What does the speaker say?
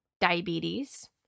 diabetes